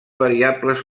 variables